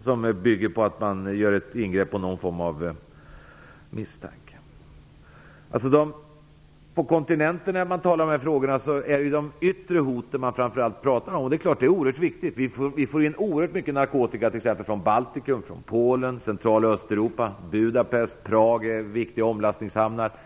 landet, som bygger på att det görs ett ingrepp vid någon form av misstanke? På kontinenten pratar man framför allt om de yttre hoten. Det är klart att de är oerhört viktiga. Vi får in väldigt mycket narkotika från t.ex. Baltikum, Polen samt Central och Östeuropa. Budapest och Prag är viktiga omlastningshamnar.